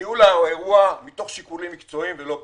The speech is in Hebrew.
ניהול האירוע מתוך שיקולים מקצועיים ולא פוליטיים.